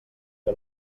que